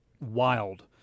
wild